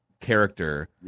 character